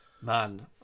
man